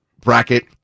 bracket